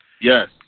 Yes